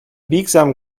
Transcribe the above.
biegsamen